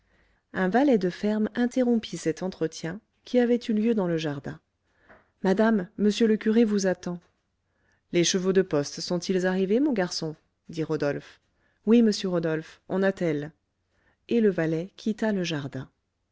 un valet de ferme interrompit cet entretien qui avait eu lieu dans le jardin madame m le curé vous attend les chevaux de poste sont-ils arrivés mon garçon dit rodolphe oui monsieur rodolphe on attelle et le valet quitta le jardin